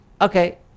okay